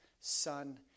son